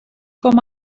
com